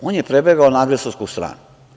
On je prebegao na agresorsku stranu.